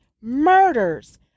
murders